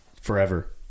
forever